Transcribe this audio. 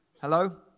Hello